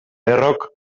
errok